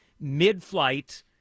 mid-flight